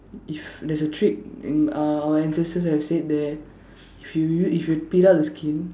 if there's a trick in uh our ancestors have said that if you if you peel out the skin